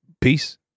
peace